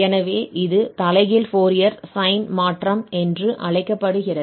எனவே இது தலைகீழ் ஃபோரியர் சைன் மாற்றம் என்று அழைக்கப்படுகிறது